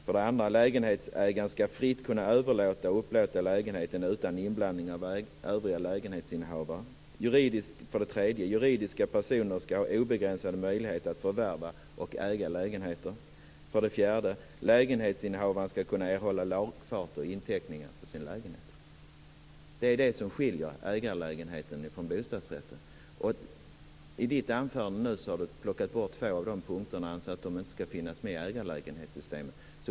För det andra skall lägenhetsägaren fritt kunna överlåta och upplåta lägenheten utan inblandning av övriga lägenhetsinnehavare. För det tredje skall juridiska personer ha obegränsade möjligheter att förvärva och äga lägenheter. För det fjärde skall lägenhetsinnehavaren kunna erhålla lagfarter och inteckningar för sin lägenhet. Det är detta som skiljer ägarlägenheten från bostadsrätten. Helena Hillar Rosenqvist har i sitt anförande plockat bort två av dessa punkter och anser att de inte skall finnas med i ägarlägenhetssystemet.